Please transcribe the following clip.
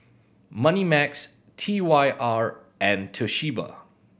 Moneymax T Y R and Toshiba